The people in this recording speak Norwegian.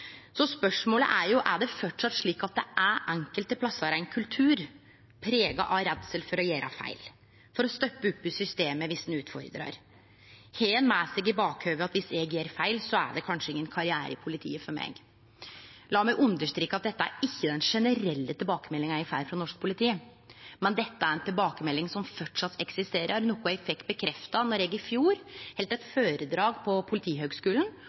Spørsmålet er: Er det framleis slik at det enkelte plassar er ein kultur prega av redsel for å gjere feil, for å stoppe opp i systemet viss ein utfordrar? Har ein med seg i bakhovudet at viss eg gjer feil, er det kanskje ingen karriere i politiet for meg? Lat meg understreke at dette ikkje er den generelle tilbakemeldinga eg får frå norsk politi, men dette er ei tilbakemelding som framleis eksisterer, noko eg fekk bekrefta då eg i fjor heldt eit føredrag på